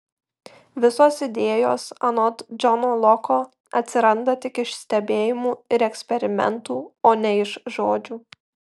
visos idėjos anot džono loko atsiranda tik iš stebėjimų ir eksperimentų o ne iš žodžių